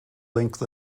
length